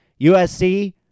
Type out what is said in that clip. USC